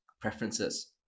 preferences